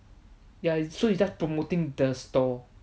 ya so it's just promoting the store